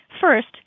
First